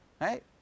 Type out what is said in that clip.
Right